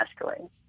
escalate